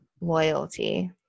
loyalty